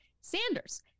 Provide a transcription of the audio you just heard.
sanders